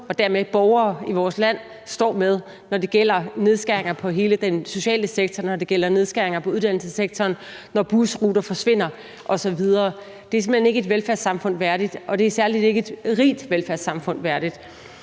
og dermed borgere i vores land står med, når det gælder nedskæringer i hele den sociale sektor, når det gælder nedskæringer i uddannelsessektoren, når busruter forsvinder osv. Det er simpelt hen ikke et velfærdssamfund værdigt, og det er særlig ikke et rigt velfærdssamfund værdigt.